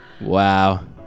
Wow